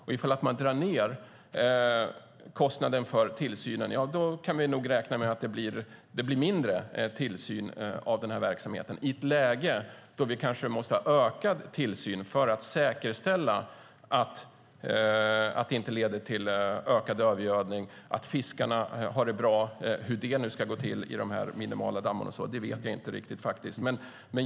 Om man drar ned kostnaden för tillsyn kan vi nog räkna med att det blir mindre tillsyn av den här verksamheten i ett läge då vi kanske måste ha ökad tillsyn för att säkerställa att det inte leder till ökad övergödning och att fiskarna har det bra - hur det nu ska gå till i de här minimala dammarna vet vi inte riktigt.